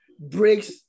breaks